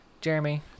Jeremy